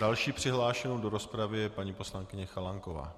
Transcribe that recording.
Další přihlášenou do rozpravy je paní poslankyně Chalánková.